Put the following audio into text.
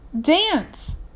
dance